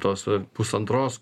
tos pusantros